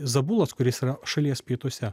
zabulas kuris yra šalies pietuose